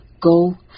Go